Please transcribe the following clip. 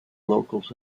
locals